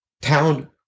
town